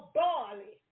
barley